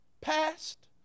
passed